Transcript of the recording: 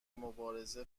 مبارزه